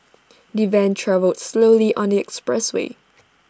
the van travelled slowly on the expressway